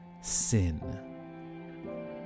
sin